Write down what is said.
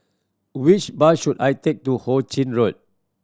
which bus should I take to Hu Ching Road